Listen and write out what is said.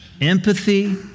empathy